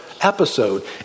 episode